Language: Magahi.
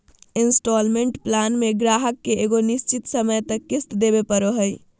इन्सटॉलमेंट प्लान मे गाहक के एगो निश्चित समय तक किश्त देवे पड़ो हय